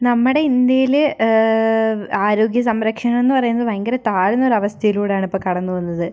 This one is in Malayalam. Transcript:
നമ്മുടെ ഇന്ത്യയിൽ ആരോഗ്യസംരക്ഷണം എന്ന് പറയുന്നത് ഭയങ്കര താഴ്ന്ന ഒരവസ്ഥയിലൂടെയാണ് ഇപ്പോൾ കടന്ന് പോകുന്നത്